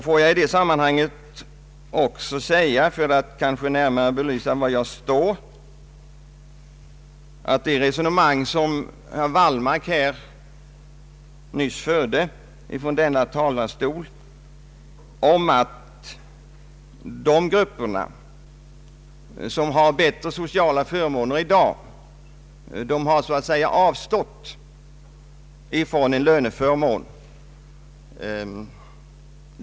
Får jag i det sammanhanget också säga något — för att närmare belysa var jag står — om det resonemang som herr Wallmark nyss förde från denna talarstol om att de grupper som har bättre sociala förmåner i dag har så att säga avstått från en löneförmån.